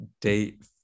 date